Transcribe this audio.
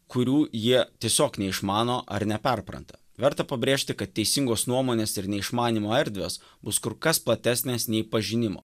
kurių jie tiesiog neišmano ar neperpranta verta pabrėžti kad teisingos nuomonės ir neišmanymo erdvės bus kur kas platesnės nei pažinimo